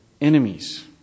enemies